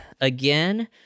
again